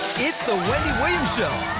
it's the wendy williams show